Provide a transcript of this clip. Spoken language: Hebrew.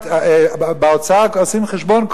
באוצר עושים חשבון,